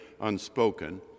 unspoken